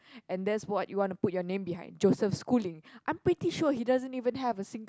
and there's what you want to put your name behind Joseph-Schooling I'm pretty sure he doesn't even have a sing~